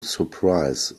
surprise